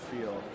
feel